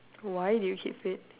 why do you keep fit